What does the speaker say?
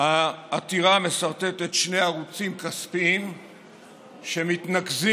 העתירה מסרטטת שני ערוצים כספיים שמתנקזים